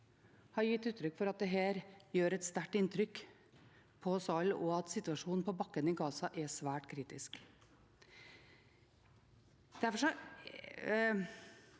har gitt uttrykk for at dette gjør et sterkt inntrykk på oss alle, og at situasjonen på bakken i Gaza er svært kritisk.